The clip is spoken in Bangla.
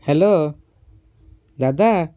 হ্যালো দাদা